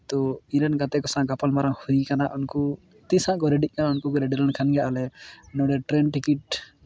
ᱛᱚ ᱤᱧ ᱨᱮᱱ ᱜᱟᱛᱮ ᱠᱚ ᱥᱟᱶ ᱜᱟᱯᱟᱞᱢᱟᱨᱟᱣ ᱦᱩᱭ ᱠᱟᱱᱟ ᱩᱱᱠᱩ ᱛᱤᱸᱥ ᱦᱟᱸᱜ ᱠᱚ ᱨᱮᱰᱤᱜ ᱠᱟᱱᱟ ᱩᱱᱠᱩ ᱨᱮᱰᱤ ᱞᱮᱱᱠᱷᱟᱱᱜᱮ ᱟᱞᱮ ᱴᱨᱮᱱ ᱴᱤᱠᱤᱴ